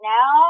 Now